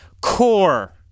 core